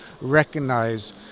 recognize